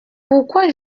pourquoi